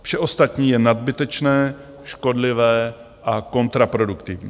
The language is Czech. Vše ostatní je nadbytečné, škodlivé a kontraproduktivní.